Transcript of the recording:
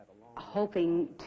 Hoping